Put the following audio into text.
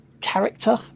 character